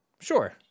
Sure